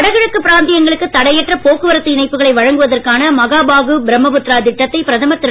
வடகிழக்குப் பிராந்தியங்களுக்கு தடையற்ற போக்குவரத்து இணைப்புகளை வழங்குவதற்கான மகாபாகு பிரம்மபுத்ரா திட்டத்தை பிரதமர் திரு